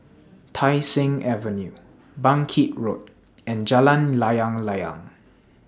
Tai Seng Avenue Bangkit Road and Jalan Layang Layang